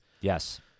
Yes